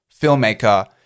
filmmaker